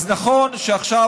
אז נכון שעכשיו,